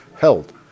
held